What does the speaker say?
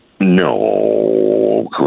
No